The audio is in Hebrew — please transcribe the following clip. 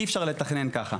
אי-אפשר לתכנן ככה,